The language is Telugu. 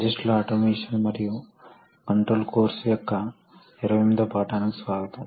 ఇండస్ట్రియల్ ఆటోమేషన్ మరియు కంట్రోల్ కోర్సు యొక్క 26 వ పాఠం అయిన నేటి ఉపన్యాసానికి స్వాగతం